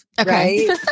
Okay